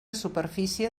superfície